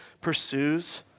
pursues